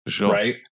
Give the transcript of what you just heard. right